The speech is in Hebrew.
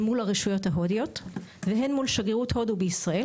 הרשויות ההודיות והן מול שגרירות הודו בישראל